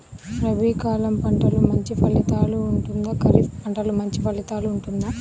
రబీ కాలం పంటలు మంచి ఫలితాలు ఉంటుందా? ఖరీఫ్ పంటలు మంచి ఫలితాలు ఉంటుందా?